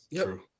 True